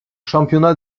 championnat